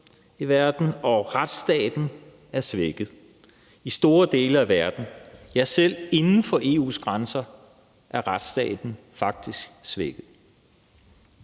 i verden, og retsstaten er svækket i store dele af verden. Ja, selv inden for EU's grænser er retsstaten faktisk svækket.